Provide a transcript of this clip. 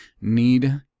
need